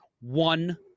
one